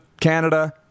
Canada